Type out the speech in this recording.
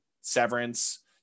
severance